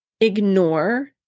ignore